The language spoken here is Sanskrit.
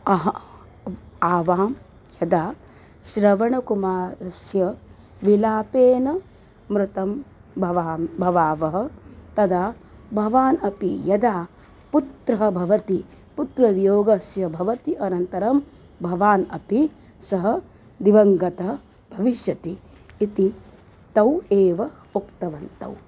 अहा आवां यदा श्रवणकुमारस्य विलापेन मृतं भवां भवावः तदा भवान् अपि यदा पुत्रः भवति पुत्रवियोगस्य भवति अनन्तरं भवान् अपि सः दिवङ्गतः भविष्यति इति तौ एव उक्तवन्तौ